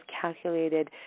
calculated